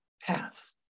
paths